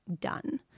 done